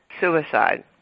Suicide